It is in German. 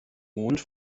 mond